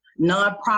nonprofit